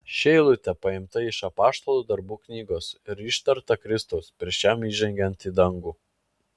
ši eilutė paimta iš apaštalų darbų knygos ir ištarta kristaus prieš jam įžengiant į dangų